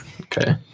Okay